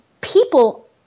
people